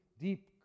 deep